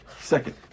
second